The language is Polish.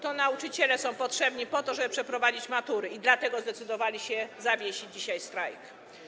To nauczyciele są potrzebni, żeby przeprowadzić matury, i dlatego zdecydowali się zawiesić dzisiaj strajk.